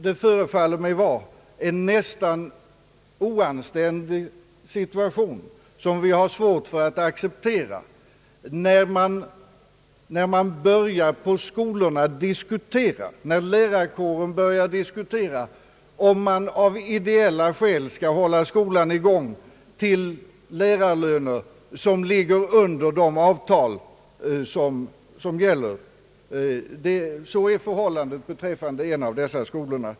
Det förefaller mig vara en nästan oanständig situation, som vi har svårt att acceptera, när lärarkåren på skolorna börjar diskutera om man av ideella skäl skall hålla skolan i gång med lärarlöner som ligger långt under gällande avtals. Så är förhållandet beträffande en av dessa skolor.